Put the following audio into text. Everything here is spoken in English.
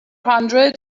hundred